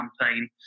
campaign